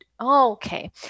okay